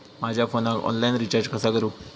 माझ्या फोनाक online recharge कसा करू?